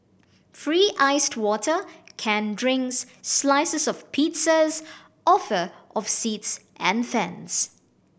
free iced water canned drinks slices of pizzas offer of seats and fans